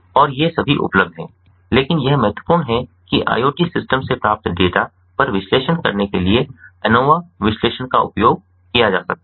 और ये सभी उपलब्ध हैं लेकिन यह महत्वपूर्ण है कि IoT सिस्टम से प्राप्त डेटा पर विश्लेषण करने के लिए ANOVA विश्लेषण का उपयोग किया जा सकता है